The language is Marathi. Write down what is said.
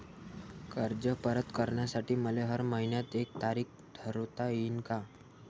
कर्ज परत करासाठी मले हर मइन्याची एक तारीख ठरुता येईन का?